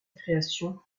création